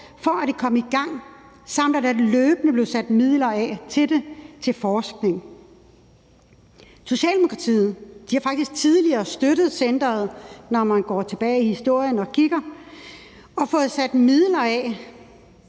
for, at det kom i gang, samt at der løbende blev sat midler af til centerets forskning. Socialdemokratiet har faktisk tidligere støttet centeret, når man går tilbage i historien og kigger, og har fået sat midler af